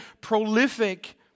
prolific